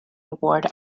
award